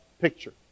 picture